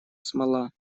смола